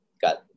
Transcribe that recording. got